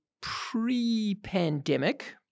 pre-pandemic